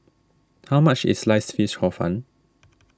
how much is Sliced Fish Hor Fun